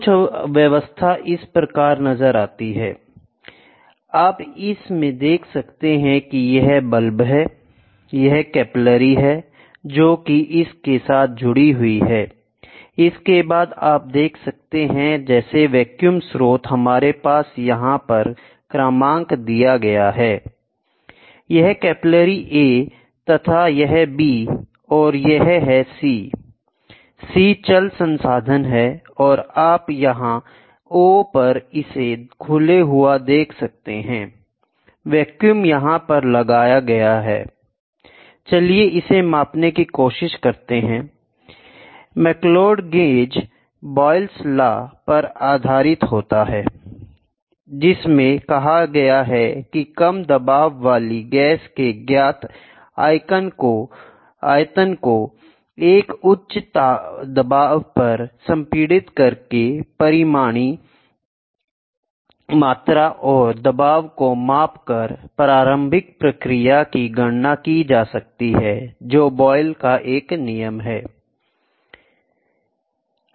कुछ व्यवस्था इस प्रकार नजर आती है I आप इस में देख सकते हैं यह बल्ब है यह कैपिलरी है जो इसके साथ जुड़ी हुई है इसके बाद आप देख सकते हैं जैसे वैक्यूम स्रोत हमारे पास यहां पर क्रमांक दिए गए हैं I यह कैपिलरी A तथा यह B और यह है C I C चल संसाधन है और आप यहां O पर इसे खुले हुआ देख सकते हैं I वैक्यूम यहां पर लगाया जाता है I चलिए इसे मापने की कोशिश करते हैं I McLeod gauge Boyle's law Boyle's Law पर कार्य करता है जिसमें कहा गया है कि कम दबाव वाली गैस के ज्ञात आयतन को एक उच्च दाब पर संपीड़ित करके परिणामी मात्रा और दबाव को मापकर प्रारंभिक प्रक्रिया की गणना की जा सकती है जो बॉयल का नियम था